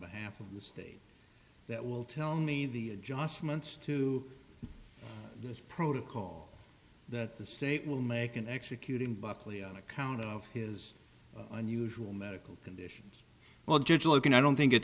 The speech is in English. behalf of the state that will tell me the adjustments to this protocol that the state will make in executing buckley on account of his unusual medical conditions well judge logan i don't think it